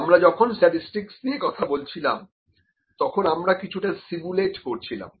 আমরা যখন স্ট্যাটিসটিকস নিয়ে কথা বলছিলাম তখন আমরা কিছুটা সিমুলেট করছিলাম